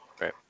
Right